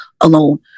alone